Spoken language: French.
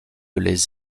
les